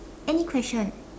any question